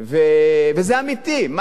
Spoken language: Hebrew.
וזה אמיתי, מה אני אגיד לכם.